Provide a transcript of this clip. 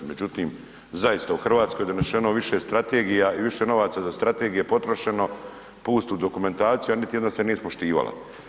Međutim, zaista u Hrvatskoj je donešeno više strategija i više novaca za strategije potrošeno, pustu dokumentaciju, a niti jedna se nije ispoštivala.